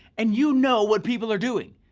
and you know what people are doing,